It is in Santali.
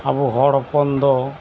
ᱟᱵᱚ ᱦᱚᱲ ᱦᱚᱯᱚᱱ ᱫᱚ